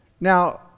Now